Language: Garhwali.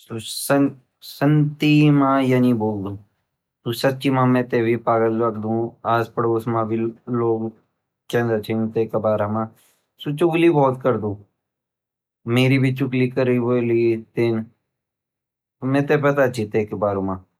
सू सन्क्ति मा यनि ब्वल्दु सू सच्ची मा मैते भी पागल लगदु आस पड़ोस मा भी ल्वॉक जांडदा छिन तेगा बारा मा सु चुगली भोत करदू मेरी भी चुगली करि वोली तेन मेते पता ची तेगा बारा मा।